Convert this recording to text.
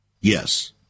Yes